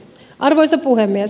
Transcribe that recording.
arvoisa puhemies